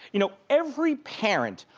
you know, every parent,